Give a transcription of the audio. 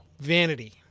Vanity